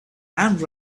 and